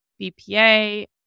BPA